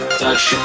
touch